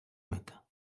matin